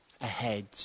ahead